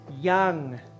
young